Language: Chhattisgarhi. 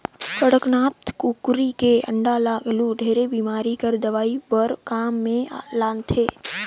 कड़कनाथ कुकरी के अंडा ल घलो ढेरे बेमारी कर दवई बर काम मे लानथे